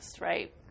right